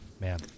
man